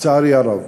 לצערי הרב.